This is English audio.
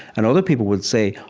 and other people would say,